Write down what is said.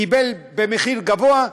קיבל במחיר גבוה,